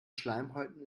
schleimhäuten